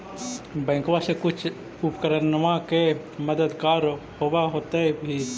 बैंकबा से कुछ उपकरणमा के मददगार होब होतै भी?